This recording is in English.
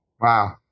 Wow